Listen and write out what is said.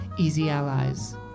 easyallies